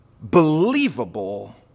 believable